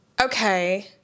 okay